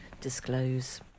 disclose